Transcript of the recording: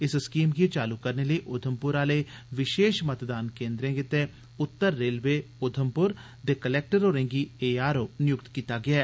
इस स्कीम गी चालू करने लेई उधमप्र आहले विशेष मतदान केन्द्रें गितै उत्तर रेलवे उधमप्र दे कलैक्टर होरें' गी ए आर ओ निय्क्त कीता गेआ ऐ